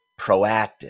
proactive